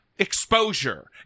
Exposure